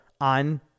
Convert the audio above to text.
on